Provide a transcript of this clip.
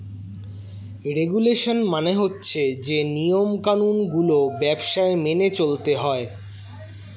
regulation মানে হচ্ছে যে নিয়ম কানুন গুলো ব্যবসায় মেনে চলতে হয়